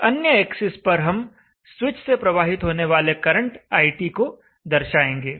एक अन्य एक्सिस पर हम स्विच से प्रवाहित होने वाले करंट iT को दर्शाएंगे